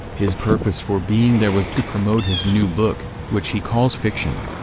his purpose for being there was to promote his new book, which he calls fiction,